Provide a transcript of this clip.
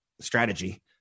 Strategy